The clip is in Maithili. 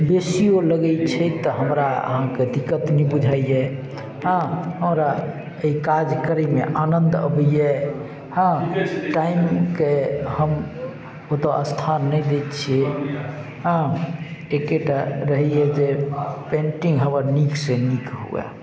बेसियो लगै छै तऽ हमरा अहाँके दिक्कत नहि बुझाइयि हँ हमरा एहि काज करैमे आनन्द अबैया हँ टाइमके हम ओतऽ स्थान नहि दै छियै हँ एकेटा रहैया जे पेन्टिंग हमर नीकसँ नीक हुए